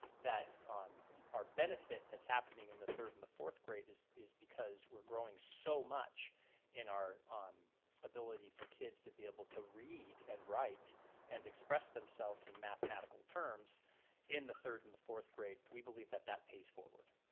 that our benefit that's happening in the third and the fourth grade is is because we're growing so much in our ability for kids to be able to read and write and express themselves in mathematical terms in the third and the fourth grade. we believe that that pays forward.